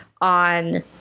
on